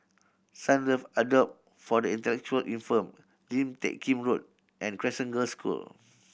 Sunlove Abode for the Intellectually Infirmed Lim Teck Kim Road and Crescent Girls' School